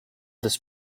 this